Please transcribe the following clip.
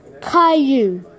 Caillou